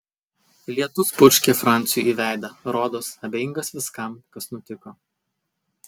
lietus purškė franciui į veidą rodos abejingas viskam kas nutiko